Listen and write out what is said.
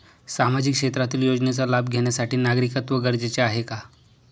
सामाजिक क्षेत्रातील योजनेचा लाभ घेण्यासाठी नागरिकत्व गरजेचे आहे का?